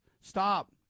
Stop